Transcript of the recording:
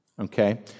Okay